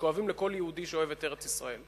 כואבים לכל יהודי שאוהב את ארץ-ישראל,